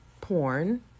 porn